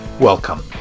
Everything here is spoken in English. Welcome